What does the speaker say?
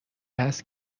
هست